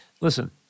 listen